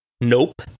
Nope